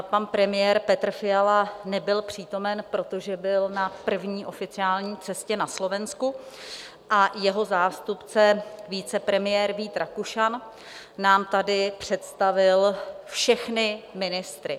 Pan premiér Petr Fiala nebyl přítomen, protože byl na první oficiální cestě na Slovensku, a jeho zástupce, vicepremiér Vít Rakušan, nám tady představil všechny ministry.